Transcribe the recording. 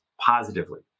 positively